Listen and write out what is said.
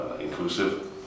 inclusive